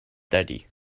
daddy